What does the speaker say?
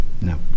No